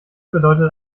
bedeutet